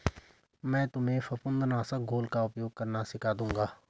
मैं तुम्हें फफूंद नाशक घोल का उपयोग करना सिखा दूंगा